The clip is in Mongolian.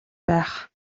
байх